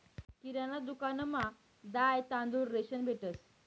किराणा दुकानमा दाय, तांदूय, रेशन भेटंस